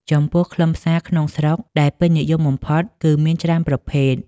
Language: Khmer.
ចំពោះខ្លឹមសារក្នុងស្រុកដែលពេញនិយមបំផុតគឺមានច្រើនប្រភេទ។